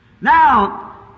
Now